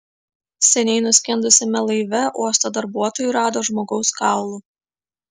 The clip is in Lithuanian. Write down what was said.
seniai nuskendusiame laive uosto darbuotojai rado žmogaus kaulų